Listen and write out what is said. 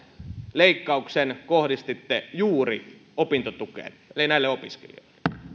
leikkauksen kohdistitte juuri opintotukeen eli näille opiskelijoille